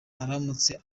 aramutse